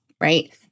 right